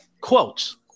quotes